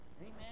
Amen